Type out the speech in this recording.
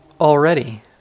already